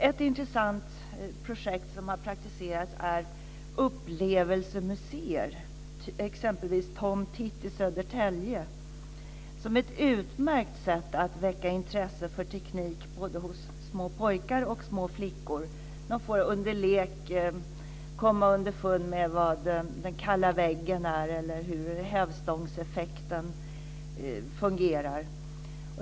Ett intressant projekt som har praktiserats är upplevelsemuseer, exempelvis Tom Tits Experiment i Södertälje, som ett utmärkt sätt att väcka intresse för teknik både hos små pojkar och hos små flickor. De får under lek komma underfund med vad den kalla väggen är eller hur hävstångseffekten fungerar.